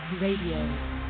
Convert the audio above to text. Radio